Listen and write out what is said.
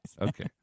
Okay